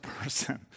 person